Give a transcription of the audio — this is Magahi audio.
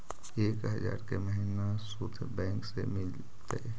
एक हजार के महिना शुद्ध बैंक से मिल तय?